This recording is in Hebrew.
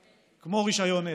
אז כמו רישיון עסק,